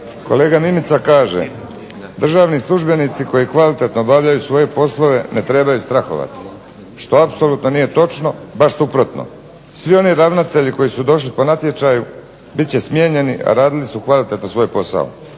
Kolega Mimica kaže, državni službenici koji kvalitetno obavljaju svoje poslove ne trebaju strahovati, što apsolutno nije točno, baš suprotno. Svi oni ravnatelji koji su došli po natječaju bit će smijenjeni, a radili su kvalitetno svoj posao.